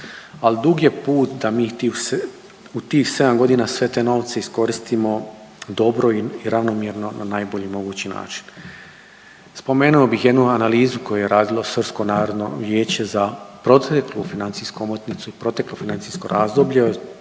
Ali dug je put, a mi u tih 7 godina sve te novce iskoristimo dobro i ravnomjerno na najbolji mogući način. Spomenuo bih jednu analizu koju je radilo Srpsko narodno vijeće za proteklu financijsku omotnicu i proteklo financijsko razdoblje